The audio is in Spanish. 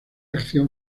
acción